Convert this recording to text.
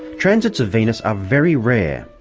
transits of venus are very rare.